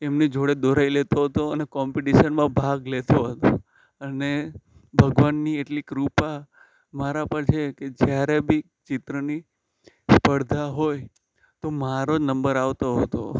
તેમની જોડે દોરાવી લેતો હતો અને કોમ્પિટિશનમાં ભાગ લેતો હતો અને ભગવાનની એટલી કૃપા મારા પર છે કે જ્યારે બી ચિત્રની સ્પર્ધા હોય તો મારો જ નંબર આવતો હતો